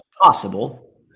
possible